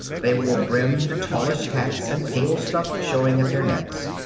they wore brimmed tallish hats and pale stuff showing at their necks.